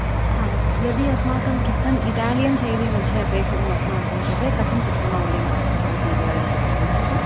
हा यदि अस्माकं किच्चन् इटालियन् शैलीमध्ये अपेक्षितम् अस्माकं कृते कथं तस्य मौल्यं भवति इति वदन्ति वा किञ्चित्